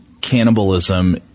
cannibalism